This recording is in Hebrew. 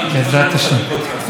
תודה, יובל יקירי, כבוד השר.